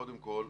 קודם כל,